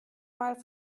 mal